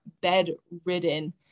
bedridden